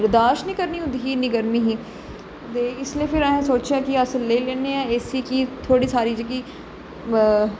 बरदाश नेई करन होंदी ही इन्नी गर्मी ही दे इसलै फिर असें सोचेआ कि अस लेई लैने आं एसी गी थोह्ड़ी सारी जेहकी बा